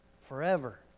forever